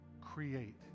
create